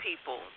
people